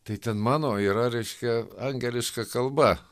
tai ten mano yra reiškia angeliška kalba